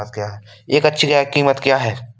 एक अच्छी गाय की कीमत क्या है?